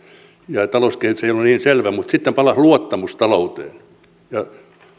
ja ja talouskehitys ei ollut niin selvä mutta sitten palasi luottamus talouteen